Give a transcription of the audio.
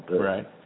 Right